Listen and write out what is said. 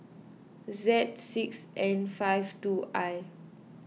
Z six N five two I